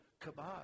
kebab